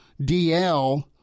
DL